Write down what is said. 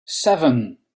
seven